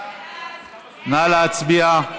נא להצביע.